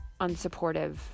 unsupportive